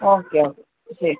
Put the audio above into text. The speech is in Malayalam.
ഓക്കെ ഓക്കെ ശരി ശരി